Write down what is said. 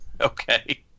okay